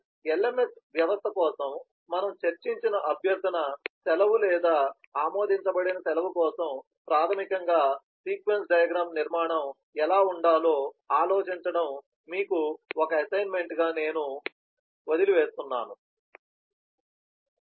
కాబట్టి LMS వ్యవస్థ కోసం మనము చర్చించిన అభ్యర్థన సెలవు లేదా ఆమోదించబడిన సెలవు కోసం ప్రాథమికంగా సీక్వెన్స్ డయాగ్రమ్ నిర్మాణం ఎలా ఉండాలో ఆలోచించడం మీకు ఒక అసైన్మెంట్ గా నేను వదిలివేస్తున్నాను